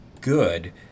good